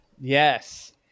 Yes